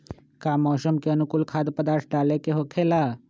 का मौसम के अनुकूल खाद्य पदार्थ डाले के होखेला?